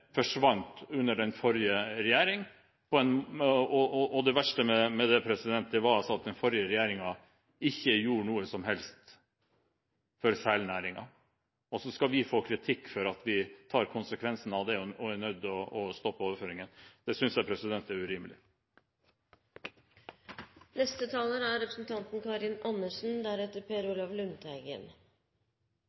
forsvant under den forrige regjeringen. Det verste med det var at den forrige regjeringen ikke gjorde noe som helst for selnæringen, og så skal vi få kritikk for at vi tar konsekvensen av det og er nødt til å stoppe overføringene. Det synes jeg er urimelig.